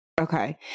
okay